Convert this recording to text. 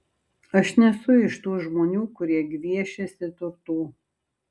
aš nesu iš tų žmonių kurie gviešiasi turtų